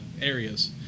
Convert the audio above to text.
areas